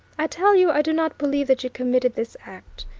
i tell you i do not believe that you committed this act.